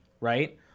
Right